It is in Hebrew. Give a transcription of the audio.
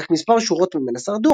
רק מספר שורות ממנה שרדו,